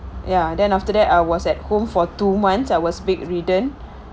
ya then after that I was at home for two months I was bedridden